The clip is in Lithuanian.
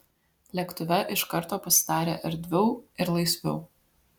lėktuve iš karto pasidarė erdviau ir laisviau